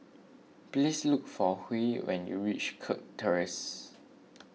please look for Huey when you reach Kirk Terrace